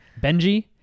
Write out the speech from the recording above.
Benji